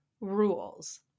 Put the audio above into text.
Rules